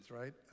right